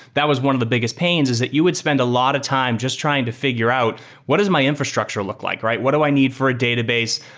that was one of the biggest pains, is that you would spend a lot of time just trying to figure out what is my infrastructure look like? what do i need for a database?